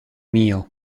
mio